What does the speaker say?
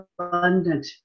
abundant